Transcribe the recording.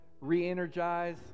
re-energize